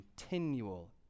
continual